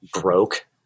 broke